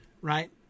right